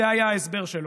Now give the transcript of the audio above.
זה היה ההסבר שלו,